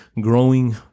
growing